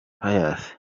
pius